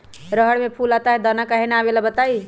रहर मे फूल आता हैं दने काहे न आबेले बताई?